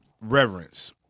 reverence